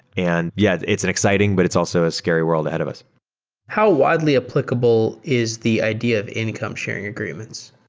and yeah, it's it's an exciting, but it's also a scary world ahead of us how widely applicable is the idea of income sharing agreements?